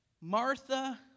Martha